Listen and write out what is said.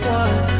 one